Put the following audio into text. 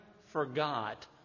forgot